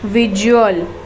visual